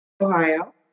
Ohio